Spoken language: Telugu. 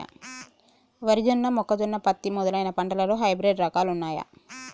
వరి జొన్న మొక్కజొన్న పత్తి మొదలైన పంటలలో హైబ్రిడ్ రకాలు ఉన్నయా?